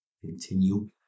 continue